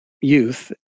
youth